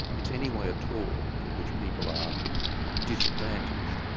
it's any way at all in which people are disadvantaged,